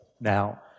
now